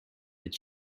but